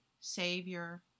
savior